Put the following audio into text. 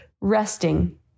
resting